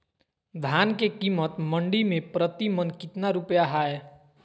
धान के कीमत मंडी में प्रति मन कितना रुपया हाय?